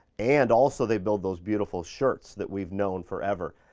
and also they build those beautiful shirts that we've known forever.